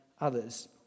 others